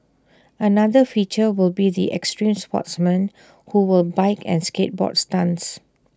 another feature will be the extreme sportsmen who will bike and skateboard stunts